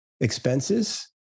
expenses